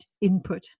input